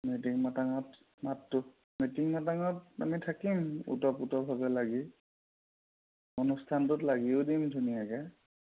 meeting মাটাঙত মাতটো meeting মাটাঙত আমি থাকিম ওতঃপ্ৰোতভাৱে লাগি অনুষ্ঠানটোত লাগিও দিম ধুনীয়াকৈ